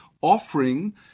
offering